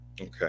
Okay